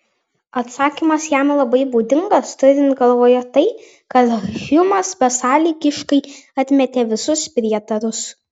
atsakymas jam labai būdingas turint galvoje tai kad hjumas besąlygiškai atmetė visus prietarus